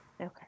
Okay